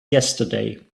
yesterday